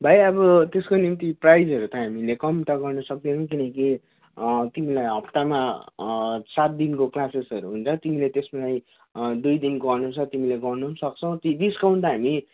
भाइ अब त्यसको निम्ति प्राइसहरू त हामीले कम त गर्नु सक्दैनौँ किनकि तिमीलाई हप्तामा सात दिनको क्लासेसहरू हुन्छ तिमीले त्यसमा दुई दिनको अनुसार तिमीले गर्नु पनि सक्छौ डी डिस्काउन्ट त हामी